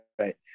right